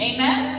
Amen